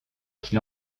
qu’il